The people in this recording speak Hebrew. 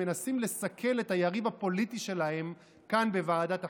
מנסים לסכל את היריב הפוליטי שלהם כאן בוועדת החוקה.